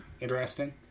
interesting